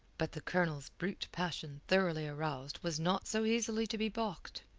but the colonel's brute passion thoroughly aroused was not so easily to be baulked.